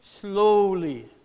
slowly